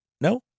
No